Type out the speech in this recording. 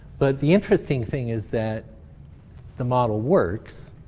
but the interesting thing is that the model works.